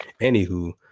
Anywho